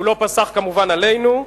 הוא לא פסח כמובן עלינו,